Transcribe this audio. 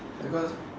because